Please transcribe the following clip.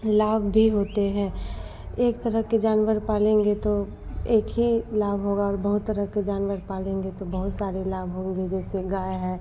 लाभ भी होते हैं एक तरह के जानवर पालेंगे तो एक ही लाभ होंगे और बहुत तरह के जानवर पालेंगे तो बहुत सारे लाभ होंगे जैसे गाय है